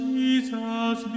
Jesus